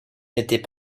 était